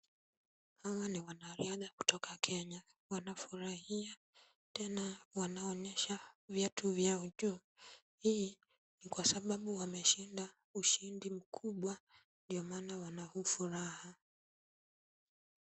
Hawa ni wanariadha kutoka Kenya, wanafurahia tena wanaonyesha viatu vyao juu. Hii ni kwa sababu wameshinda ushindi mkubwa ndio maana wana huu furaha.